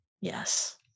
Yes